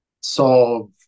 solve